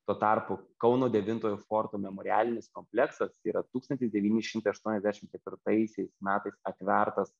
tuo tarpu kauno devintojo forto memorialinis kompleksas yra tūkstantis devyni šimtai aštuoniasdešim ketvirtaisiais metais atvertas